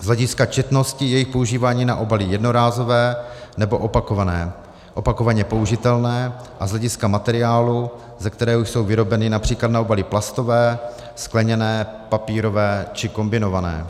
Z hlediska četnosti jejich používání na obaly jednorázové nebo opakované, opakovaně použitelné, a z hlediska materiálu, ze kterého jsou vyrobeny, například na obaly plastové, skleněné, papírové či kombinované.